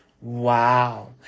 Wow